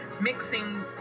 mixing